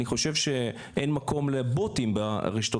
אני חושב שאין מקום לבוטים ברשתות